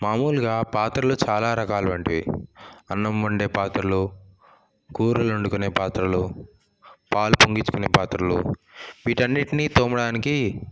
మామూలుగా పాత్రలో చాలా రకాలు వంటివి అన్నం వండే పాత్రలు కూరలు వండుకుంటాయి పాత్రలు పాలు పొంగించుకొనే పాత్రలు వీటన్నింటినీ తోమడానికి